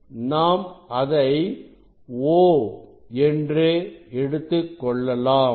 நாம் அதை O என்று எடுத்துக்கொள்ளலாம்